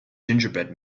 gingerbread